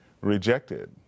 rejected